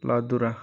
लादुरा